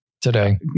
Today